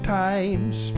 times